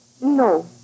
No